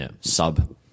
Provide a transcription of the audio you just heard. sub-